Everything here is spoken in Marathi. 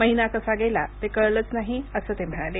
महिना कसा गेला ते कळलंच नाही असं ते म्हणाले